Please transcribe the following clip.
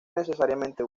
necesariamente